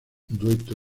dueto